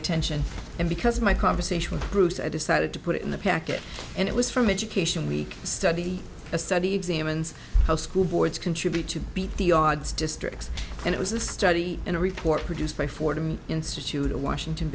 attention and because of my conversation with bruce i decided to put it in the packet and it was from education week study a study examines how school boards contribute to beat the odds districts and it was a study in a report produced by fordham institute a washington